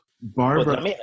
Barbara